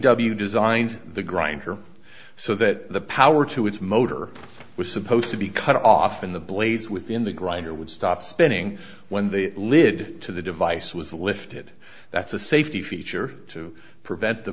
w designed the grinder so that the power to its motor was supposed to be cut off and the blades within the grinder would stop spinning when the lid to the device was lifted that's a safety feature to prevent the